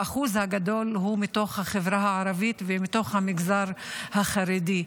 האחוז הגדול הוא מתוך החברה הערבית ומתוך המגזר החרדי.